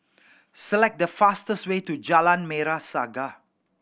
select the fastest way to Jalan Merah Saga